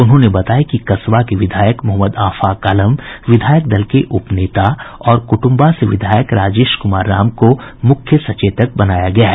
उन्होंने बताया कि कसबा के विधायक मो आफाक आलम विधायक दल के उप नेता और कुटुंबा से विधायक राजेश कुमार राम को मुख्य सचेतक बनाया गया है